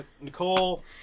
Nicole